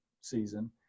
season